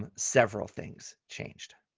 um several things changed.